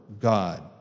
God